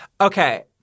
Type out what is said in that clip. Okay